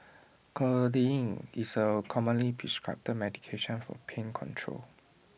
codeine is A commonly prescribed medication for pain control